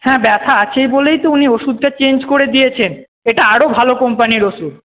হ্যাঁ ব্যথা আছে বলেই তো উনি ওষুধটা চেঞ্জ করে দিয়েছেন এটা আরও ভালো কোম্পানির ওষুধ